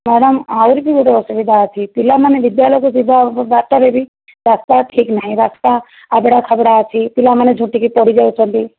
madam ଆହୁରି ବି ଗୋଟିଏ ଅସୁବିଧା ଅଛି ପିଲାମାନେ ବିଦ୍ୟାଳୟକୁ ଯିବା ବାଟରେ ବି ରାସ୍ତା ଠିକ ନାହିଁ ରାସ୍ତା ଆବଡ଼ା ଖାବଡ଼ା ଅଛି ପିଲାମାନେ ଝୁଣ୍ଟିକି ପଡ଼ିଯାଉଛନ୍ତି